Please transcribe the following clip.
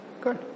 Good